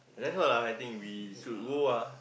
that's all lah I think we should go ah